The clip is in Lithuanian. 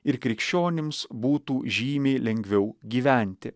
ir krikščionims būtų žymiai lengviau gyventi